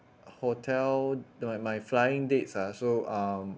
hotel the my my flying dates ah so um